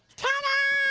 ta da!